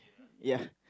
ya